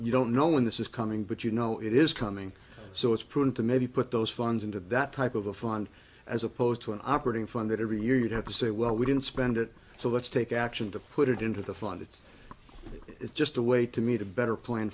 you don't know when this is coming but you know it is coming so it's prudent to maybe put those funds into that type of a fund as opposed to an operating fund that every year you'd have to say well we didn't spend it so let's take action to put it into the fund it's it's just a way to meet a better pla